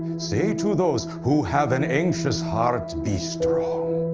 say to those who have an anxious heart, be strong